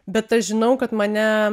bet aš žinau kad mane